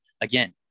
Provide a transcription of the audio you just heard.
Again